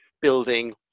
building